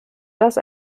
dass